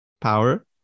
power